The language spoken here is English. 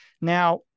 Now